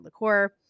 liqueur